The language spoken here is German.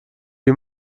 wie